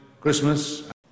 Christmas